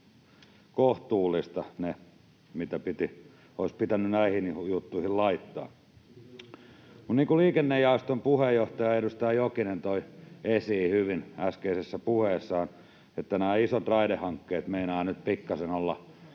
kohtuullista se, mitä olisi pitänyt näihin juttuihin laittaa. Mutta niin kuin liikennejaoston puheenjohtaja, edustaja Jokinen toi esiin hyvin äskeisessä puheessaan, nämä isot raidehankkeet meinaavat nyt pikkasen olla